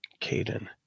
Caden